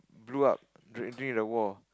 blew up during the war